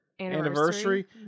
anniversary